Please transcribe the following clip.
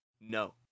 No